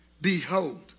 behold